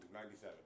97